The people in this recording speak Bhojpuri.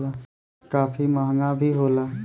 काफी महंगा भी होला